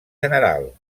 general